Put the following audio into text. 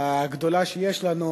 הגדולה שיש לנו,